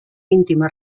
íntima